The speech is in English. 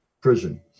prison